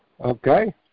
Okay